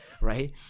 right